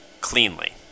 cleanly